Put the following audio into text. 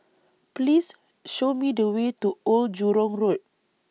Please Show Me The Way to Old Jurong Road